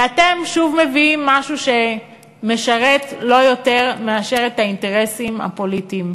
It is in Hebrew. ואתם שוב מביאים משהו שמשרת לא יותר מאשר את האינטרסים הפוליטיים.